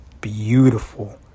Beautiful